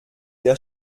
der